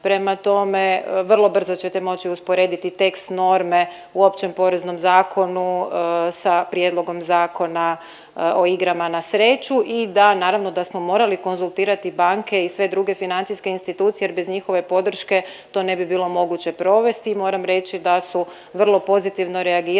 prema tome, vrlo brzo ćete moći usporediti tekst norme u Općem poreznom zakonu sa Prijedlogom zakona o igrama na sreću i da, naravno da smo morali konzultirati banke i sve druge financijske institucije jer bez njihove podrške to ne bi bilo moguće provesti i moram reći da su vrlo pozitivno reagirali